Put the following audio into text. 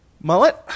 Mullet